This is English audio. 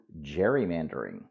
gerrymandering